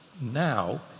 now